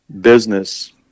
business